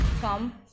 come